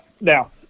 Now